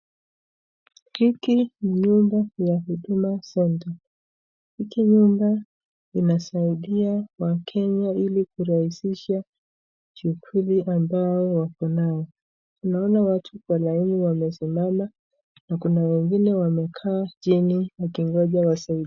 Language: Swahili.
Hiki ni nyumba ya huduma senta hii nyumba inasaidia wakenya ili kurahisisha shughuli ambayo wako nayo tunaona watu kwa laini wamesimama na kuna wengine wamekaa chini wakingonja wasaidiwe.